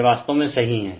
यह वास्तव में सही है